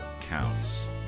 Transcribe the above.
counts